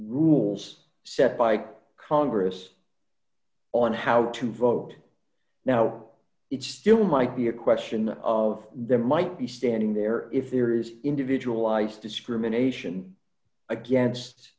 rules set by congress on how to vote now it still might be a question of there might be standing there if there is individual life discrimination against